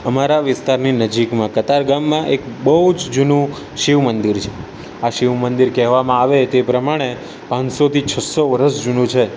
અમારા વિસ્તારની નજીકમાં કતારગામમાં એક બહુ જ જૂનું શિવ મંદિર છે આ શિવ મંદિર કહેવામાં આવે તે પ્રમાણે પાંચસોથી છસ્સો વર્ષ જૂનું છે